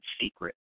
secret